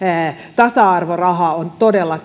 tasa arvoraha on todella